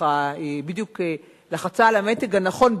ככה היא בדיוק לחצה על המתג הנכון,